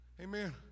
Amen